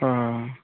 অঁ